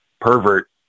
pervert